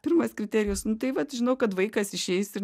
pirmas kriterijus nu tai vat žinau kad vaikas išeis ir